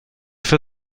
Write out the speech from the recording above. für